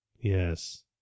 Yes